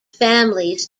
families